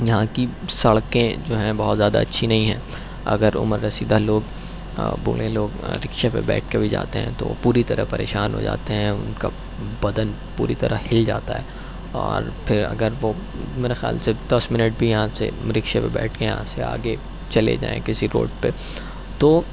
یہاں کی سڑکیں جو ہیں بہت زیادہ اچھی نہیں ہیں اگر عمر رسیدہ لوگ بوڑھے لوگ رکشے پہ بیٹھ کے بھی جاتے ہیں تو وہ پوری طرح پریشان ہوجاتے ہیں ان کا بدن پوری طرح ہل جاتا ہے اور پھر اگر وہ میرے خیال سے دس منٹ بھی یہاں سے رکشے پہ بیٹھ کے یہاں سے آگے چلے جائیں کسی روڈ پہ تو